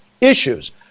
issues